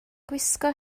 gwisgo